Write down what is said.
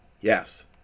yes